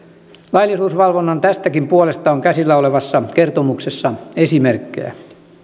laillisuusvalvonnan tästäkin puolesta on käsillä olevassa kertomuksessa esimerkkejä